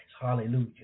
hallelujah